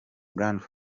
grande